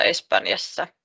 Espanjassa